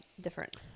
different